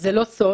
זה לא סוד